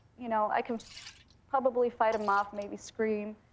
you know, i can probably fight him off, maybe scream.